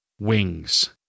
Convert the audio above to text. Wings